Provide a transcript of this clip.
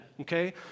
okay